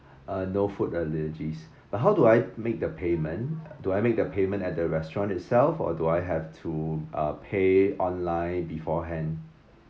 uh no food allergies but how do I make the payment do I make the payment at the restaurant itself or do I have to uh pay online beforehand